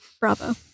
Bravo